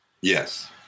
yes